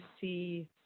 see